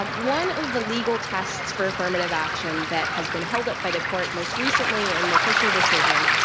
um one of the legal tests for affirmative action that has been held up by the court most recently, in the fisher decision,